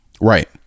Right